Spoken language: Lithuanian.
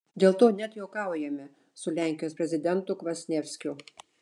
dėl to net juokaujame su lenkijos prezidentu kvasnievskiu